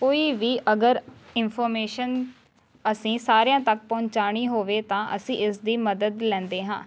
ਕੋਈ ਵੀ ਅਗਰ ਇੰਨਫੋਰਮੇਸ਼ਨ ਅਸੀਂ ਸਾਰਿਆਂ ਤੱਕ ਪਹੁੰਚਾਉਣੀ ਹੋਵੇ ਤਾਂ ਅਸੀਂ ਇਸ ਦੀ ਮਦਦ ਲੈਂਦੇ ਹਾਂ